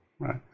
Right